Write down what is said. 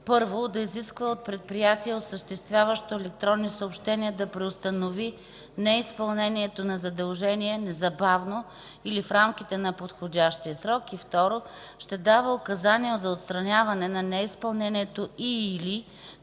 първо, да изисква от предприятие, осъществяващо електронни съобщения, да преустанови неизпълнението на задължения незабавно или в рамките на подходящ срок, и второ, ще дава указания за отстраняване на неизпълнението и/или